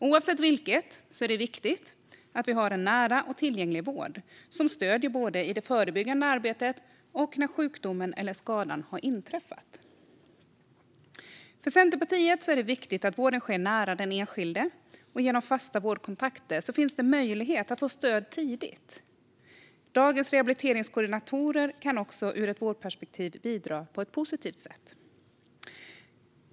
Oavsett vilket är det viktigt att vi har en nära och tillgänglig vård som stöder både i det förebyggande arbetet och när sjukdomen eller skadan har inträffat. För Centerpartiet är det viktigt att vården sker nära den enskilde, och genom fasta vårdkontakter finns möjlighet att få stöd tidigt. Dagens rehabiliteringskoordinatorer kan också ur ett vårdperspektiv bidra på ett positivt sätt.